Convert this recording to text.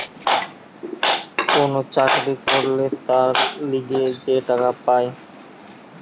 কোন চাকরি করলে তার লিগে যে টাকা পায়